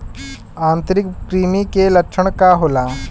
आंतरिक कृमि के लक्षण का होला?